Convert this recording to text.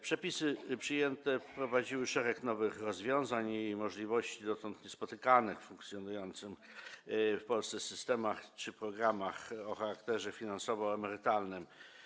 Przepisy przyjęte wprowadziły szereg nowych rozwiązań i możliwości dotąd niespotykanych w funkcjonujących w Polsce systemach czy programach o charakterze finansowo-emerytalnym.